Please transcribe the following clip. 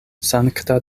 sankta